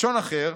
לשון אחר: